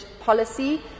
Policy